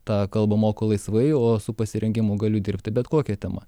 tą kalbą moku laisvai o su pasirengimu galiu dirbti bet kokia tema